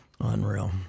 Unreal